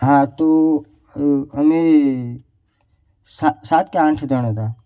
હા તો અમે સા સાત કે આઠ જણ હતા